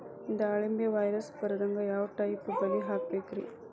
ದಾಳಿಂಬೆಗೆ ವೈರಸ್ ಬರದಂಗ ಯಾವ್ ಟೈಪ್ ಬಲಿ ಹಾಕಬೇಕ್ರಿ?